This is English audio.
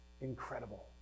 incredible